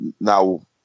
now